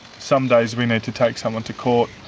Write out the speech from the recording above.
some days we need to take someone to court,